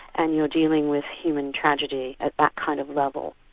and you're dealing with human tragedy at that kind of level.